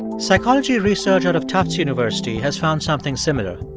psychology research out of tufts university has found something similar.